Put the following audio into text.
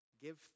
Give